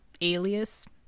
alias